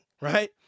right